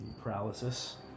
paralysis